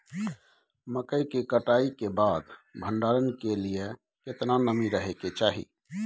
मकई के कटाई के बाद भंडारन के लिए केतना नमी रहै के चाही?